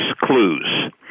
clues